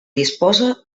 disposa